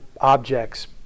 objects